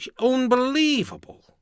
Unbelievable